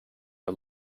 are